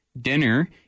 Dinner